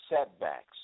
setbacks